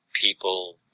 people